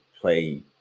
play